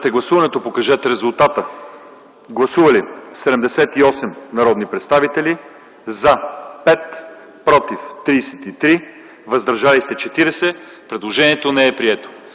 се подкрепя от комисията. Гласували 78 народни представители: за 5, против 33, въздържали се 40. Предложението не е прието.